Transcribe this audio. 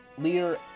leader